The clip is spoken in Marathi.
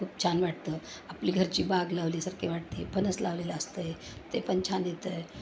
खूप छान वाटतं आपली घरची बाग लावल्यासारखे वाटते फणस लावलेले असतं आहे ते पण छान येतं आहे